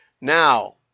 now